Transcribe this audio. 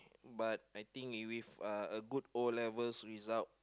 but I think if with a good O-levels result